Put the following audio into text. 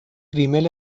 ریمیل